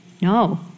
No